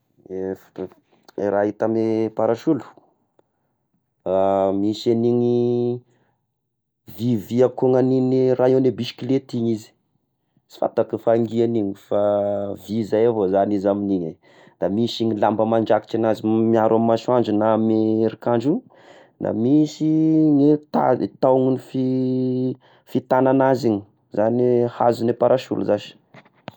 Eh fitaov- eh raha hita amy parasolo, misy an'igny vy vy akoa na igny rayon agna bisikileta igny izy, sy fantako fangiha agn'iny fa vy izay avao zany izy amign'igny eh, da misy ny lamba mandrakotra agnazy miaro amy masoandro na miaro amy herik'andro io, da misy ny tady tahogny fi- fitagnàna azy igny izany hoe hazogny le parasolo zashy.